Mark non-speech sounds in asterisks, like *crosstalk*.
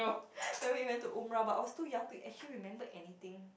*noise* then we went to umrah but I was too young to actually remember anything